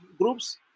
groups